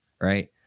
right